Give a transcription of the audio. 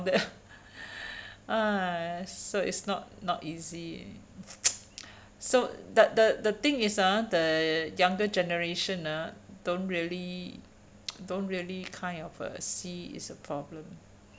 rounded ah so it's not not easy so the the the thing is ah the younger generation ah don't really don't really kind of uh see it's a problem